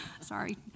sorry